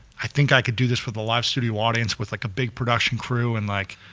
i think i could do this with a live studio audience, with like a big production crew and like,